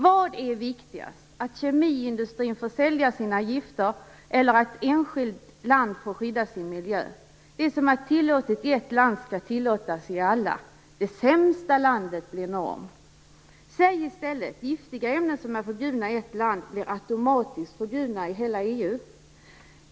Vad är viktigast - att kemiindustrin får sälja sina gifter eller att ett enskilt land får skydda sin miljö? Det som är tillåtet i ett land skall tillåtas i alla. Det sämsta landet blir norm. Säg i stället: Giftiga ämnen som är förbjudna i ett land blir automatiskt förbjudna i hela EU.